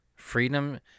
Freedom